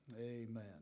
Amen